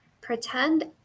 Pretend